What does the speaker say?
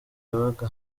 yabaga